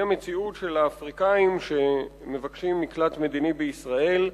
והיא המציאות של האפריקנים שמבקשים מקלט מדיני בישראל.